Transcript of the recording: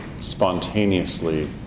spontaneously